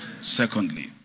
Secondly